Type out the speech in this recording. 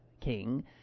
King